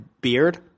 beard